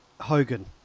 Hogan